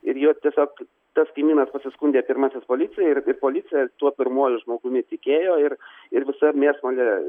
ir jo tiesiog tas kaimynas pasiskundė pirmasis policijai ir policija tuo pirmuoju žmogumi tikėjo ir ir visa mėsmalė